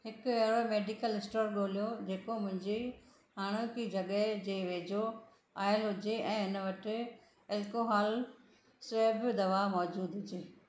हिकु अहिड़ो medical store ॻोल्हियो जेको मुंहिंजी हाणोकी जॻहि जे वेझो आयलु हुजे ऐं इन वटि एलकोहोल स्वेब दवा मौजूदु हुजे